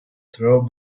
throw